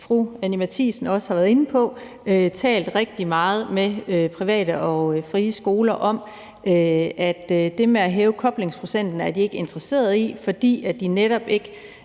fru Anni Matthiesen også har været inde på, talt rigtig meget med private og frie skoler om, at det med at hæve koblingsprocenten er de ikke interesseret i, fordi de netop ikke